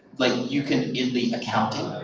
like you can in the accounting,